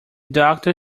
doctor